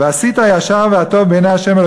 "ועשית הישר והטוב בעיני ה'",